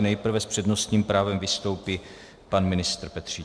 Nejprve s přednostním právem vystoupí pan ministr Petříček.